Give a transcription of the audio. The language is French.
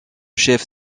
chef